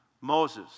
Moses